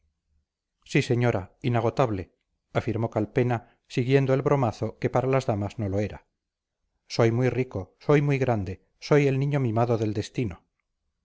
sí señora inagotable afirmó calpena siguiendo el bromazo que para las damas no lo era soy muy rico soy muy grande soy el niño mimado del destino